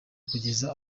kugeza